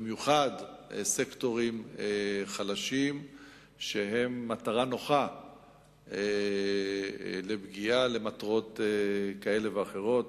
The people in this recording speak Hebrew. במיוחד סקטורים חלשים שהם מטרה נוחה לפגיעה למטרות כאלה ואחרות.